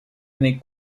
année